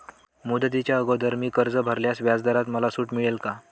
मुदतीच्या अगोदर मी कर्ज भरल्यास व्याजदरात मला सूट मिळेल का?